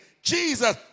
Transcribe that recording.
Jesus